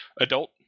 Adult